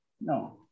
no